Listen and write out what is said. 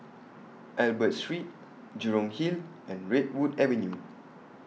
Albert Street Jurong Hill and Redwood Avenue